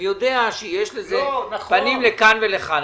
אני יודע שיש לזה פנים לכאן ולכאן.